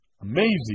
Amazing